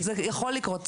זה כבר עבר לטיפול של השר.